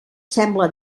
sembla